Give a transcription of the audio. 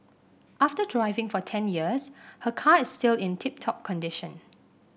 after driving for ten years her car is still in tip top condition